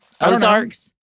Ozarks